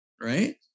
right